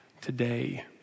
today